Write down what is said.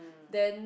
then